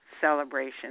celebration